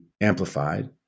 amplified